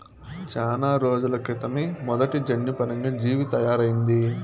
చానా రోజుల క్రితమే మొదటి జన్యుపరంగా జీవి తయారయింది